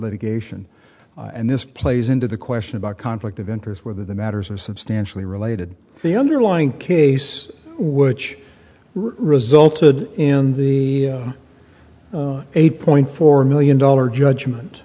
litigation and this plays into the question about conflict of interest whether the matters are substantially related to the underlying case which resulted in the eight point four million dollars judgment